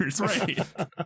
right